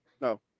No